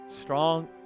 Strong